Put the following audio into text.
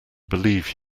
believe